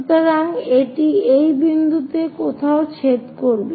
সুতরাং এটি এই বিন্দুতে কোথাও ছেদ করবে